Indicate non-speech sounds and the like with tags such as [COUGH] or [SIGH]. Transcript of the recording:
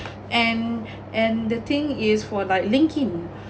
and [BREATH] and the thing is for like linkedin